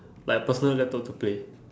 like personal laptop to play